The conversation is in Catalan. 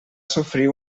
sofrir